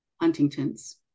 Huntington's